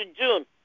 June